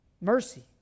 Mercy